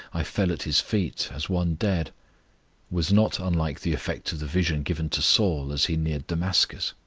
i fell at his feet as one dead was not unlike the effect of the vision given to saul as he neared damascus.